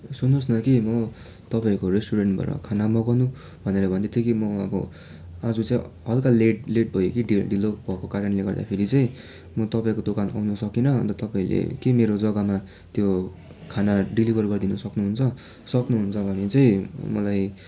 सुन्नुहोस् न कि म तपाईँहरूको रेस्टुरेन्टबाट खाना मगाउनु भनेर भन्दै थिएँ कि म अब आज चाहिँ हल्का लेट लेट भएँ कि ढिलो भएको कारणले गर्दाखेरि चाहिँ म तपाईँको दोकान आउन सकिनँ अन्त तपाईँले के मेरो जग्गामा त्यो खाना डेलिभर गरिदिन सक्नुहुन्छ सक्नुहुन्छ भने चाहिँ मलाई